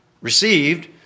received